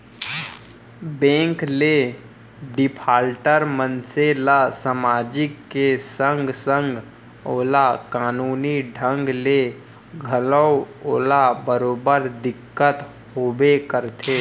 bank ले defaulter मनसे ल समाजिक के संगे संग ओला कानूनी ढंग ले घलोक ओला बरोबर दिक्कत होबे करथे